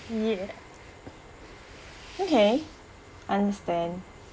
ya okay understand